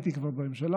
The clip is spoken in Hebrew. הייתי כבר בממשלה,